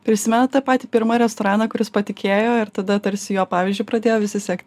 prisimenat tą patį pirmą restoraną kuris patikėjo ir tada tarsi jo pavyzdžiu pradėjo visi sekti